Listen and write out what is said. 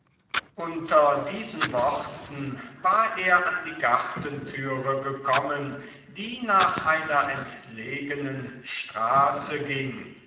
unter diesen worten war er an die gartentüre gekommen die nach einer entlegenen straße ging